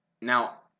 Now